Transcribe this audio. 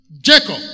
Jacob